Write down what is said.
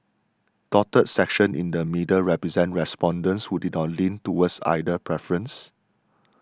dotted sections in the middle represent respondents who did not lean towards either preference